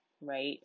right